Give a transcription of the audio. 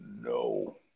no